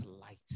light